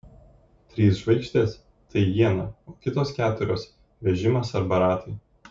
trys žvaigždės tai iena o kitos keturios vežimas arba ratai